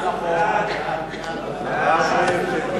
הצבעה.